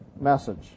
message